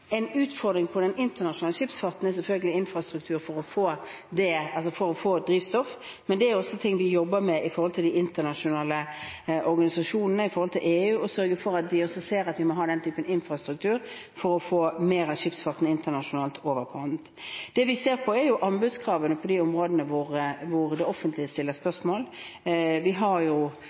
En utfordring for den internasjonale skipsfarten er selvfølgelig infrastruktur for å få drivstoff, men det er også noe vi jobber med overfor de internasjonale organisasjonene og EU, for å sørge for at de også ser at man må ha den type infrastruktur for å få mer av den internasjonale skipsfarten over på annet. Det vi ser på, er anbudskravene på de områdene hvor det offentlige stiller spørsmål. Vi har